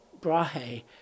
Brahe